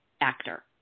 actor